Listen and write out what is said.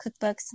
cookbooks